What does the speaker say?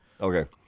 Okay